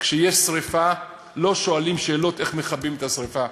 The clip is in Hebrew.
כשיש שרפה לא שואלים שאלות איך מכבים את השרפה.